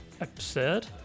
absurd